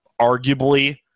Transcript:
arguably